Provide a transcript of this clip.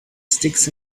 sticks